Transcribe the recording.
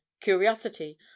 curiosity